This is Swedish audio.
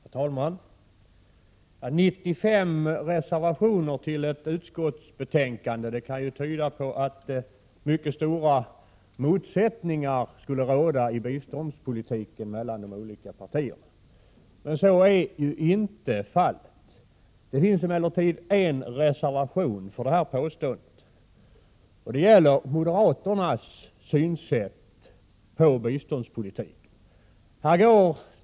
Herr talman! 95 reservationer fogade till ett utskottsbetänkande skulle kunna tyda på att mycket stora motsättningar råder mellan de olika partierna i fråga om biståndspolitiken. Men så är ju inte fallet. Det finns emellertid en reservation som tyder på stora motsättningar och där moderaternas synsätt på biståndspolitiken framkommer.